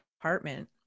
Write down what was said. apartment